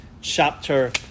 chapter